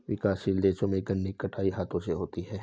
विकासशील देशों में गन्ने की कटाई हाथों से होती है